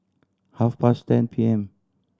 half past ten P M